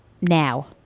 now